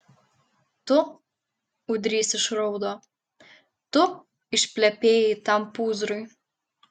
tu ūdrys išraudo tu išplepėjai tam pūzrui